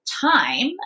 time